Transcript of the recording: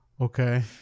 okay